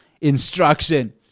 instruction